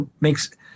makes